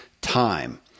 time